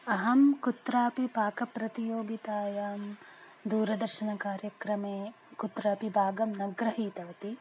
अहं कुत्रापि पाकप्रतियोगितायां दूरदर्शनकार्यक्रमे कुत्रापि भागं न गृहीतवती